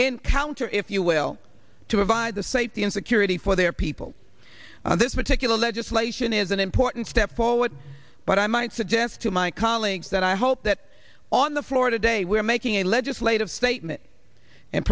encounter if you will to provide the safety and security for their people and this particular legislation is an important step forward but i might suggest to my colleagues that i hope that on the floor today we're making a legislative statement and